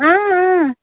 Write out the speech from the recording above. اۭں اۭں